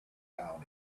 down